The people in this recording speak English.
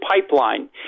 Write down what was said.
pipeline